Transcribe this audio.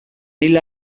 hil